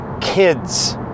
Kids